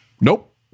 Nope